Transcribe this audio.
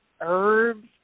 herbs